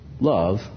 love